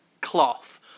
Cloth